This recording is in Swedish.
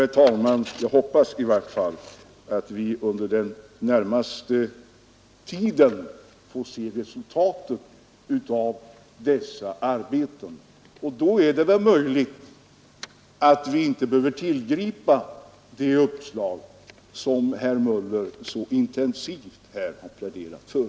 Jag tror, eller hoppas i varje fall, att vi under den närmaste tiden får se resultaten av dessa arbeten, och då är det väl möjligt att vi inte behöver tillgripa de uppslag som herr Möller så intensivt här pläderat för.